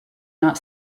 not